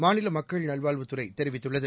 மாநில மக்கள் நல்வாழ்வுத்துறை தெரிவித்துள்ளது